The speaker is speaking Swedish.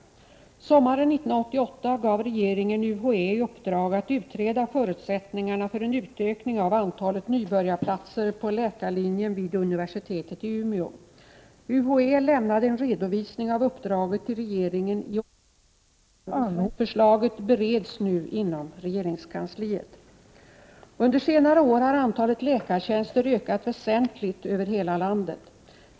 Sommaren 1988 gav regeringen UHÄ i uppdrag att utreda förutsättningarna för en utökning av antalet nybörjarplatser på läkarlinjen vid universitetet i Umeå. UHÄ lämnade en redovisning av uppdraget till regeringen i oktober månad. Förslaget bereds nu inom regeringskansliet. Under senare år har antalet läkartjänster ökat väsentligt över hela landet.